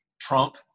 Trump